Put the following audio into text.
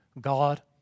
God